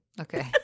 Okay